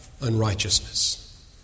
unrighteousness